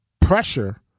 pressure